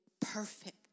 perfect